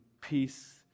peace